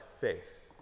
faith